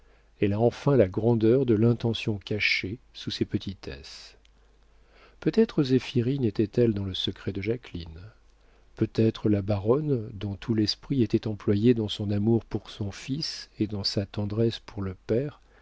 elle a enfin la grandeur de l'intention cachée sous ses petitesses peut-être zéphirine était-elle dans le secret de jacqueline peut-être la baronne dont tout l'esprit était employé dans son amour pour son fils et dans sa tendresse pour le père